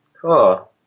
cool